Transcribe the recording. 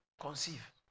conceive